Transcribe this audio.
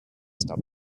stop